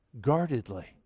guardedly